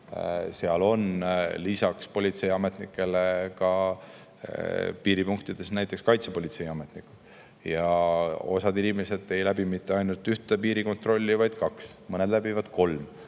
Lisaks politseiametnikele on piiripunktis ka näiteks kaitsepolitseiametnikud. Osa inimesi ei läbi mitte ainult ühte piirikontrolli, vaid kaks, mõni läbib kolm